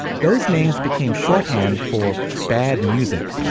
those names became shorthand for bad music